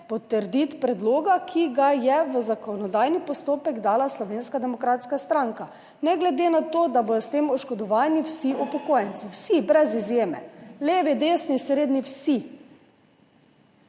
potrditi predloga, ki ga je v zakonodajni postopek dala Slovenska demokratska stranka, ne glede na to, da bodo s tem oškodovani vsi upokojenci. Vsi, brez izjeme, levi, desni, srednji, vsi.